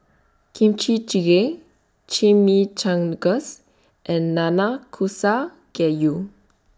Kimchi Jjigae Chimichangas and Nanakusa Gayu